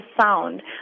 sound